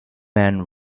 man